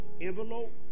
envelope